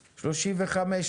35,